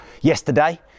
yesterday